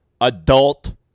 adult